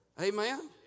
Amen